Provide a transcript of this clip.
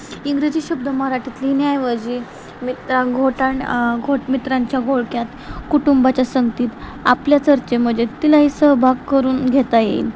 इंग्रजी शब्द मराठीत लिहिण्याऐवजी मित्रां घोटान घोट मित्रांच्या घोळक्यात कुटुंबाच्या संगतीत आपल्या चर्चेमध्ये तिलाही सहभागी करून घेता येईल